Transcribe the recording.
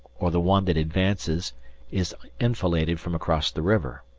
or the one that advances is enfiladed from across the river.